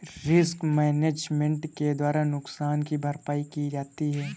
risk management के द्वारा नुकसान की भरपाई की जाती है